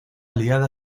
aliada